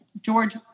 George